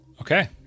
Okay